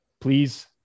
please